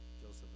Joseph